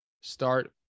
start